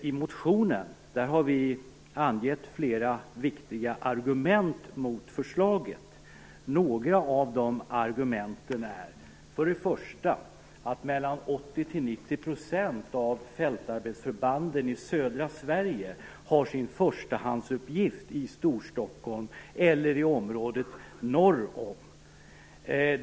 I motionen anger vi flera viktiga argument mot förslaget. Först och främst har 80-90 % av fältarbetsförbanden i södra Sverige sin förstahandsuppgift i Storstockholm eller i området norr därom.